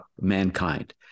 mankind